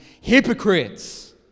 hypocrites